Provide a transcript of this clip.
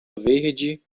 verde